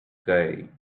guy